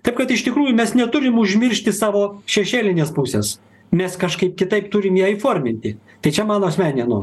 taip kad iš tikrųjų mes neturim užmiršti savo šešėlinės pusės mes kažkaip kitaip turim ją įforminti tai čia mano asmeninė nuomonė